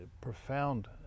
profound